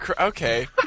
okay